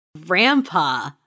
Grandpa